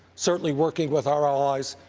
certainly working with our allies,